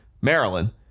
Maryland